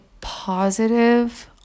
positive